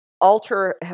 Alter